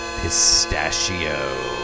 pistachio